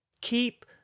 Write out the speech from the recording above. Keep